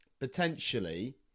potentially